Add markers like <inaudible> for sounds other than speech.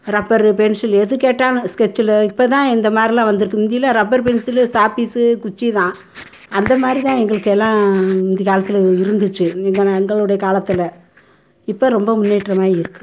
rubber pencil எது கேட்டாலும் ஸ்கெட்ச்சில் இப்போ தான் இந்தமாதிரிலாம் வந்திருக்கு முந்தில்லாம் ரப்பர் பென்சிலு சாப்பீஸ்ஸு குச்சிதான் அந்தமாதிரிதான் எங்களுக்கு எல்லாம் முந்தி காலத்தில் இருந்துச்சு <unintelligible> எங்களுடைய காலத்தில் இப்போ ரொம்ப முன்னேற்றமாகியிருக்கு